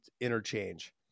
interchange